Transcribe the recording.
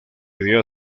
idea